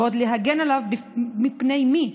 ועוד להגן עליו מפני מי?